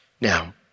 Now